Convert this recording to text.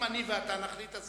אם אני ואתה נחליט,